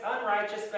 unrighteous